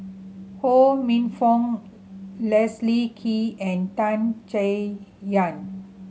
Ho Minfong Leslie Kee and Tan Chay Yan